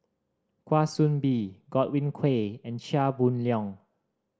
Kwa Soon Bee Godwin Koay and Chia Boon Leong